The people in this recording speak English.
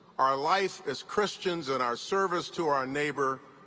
our life as christians, and our service to our neighbor,